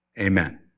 Amen